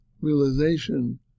realization